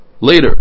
later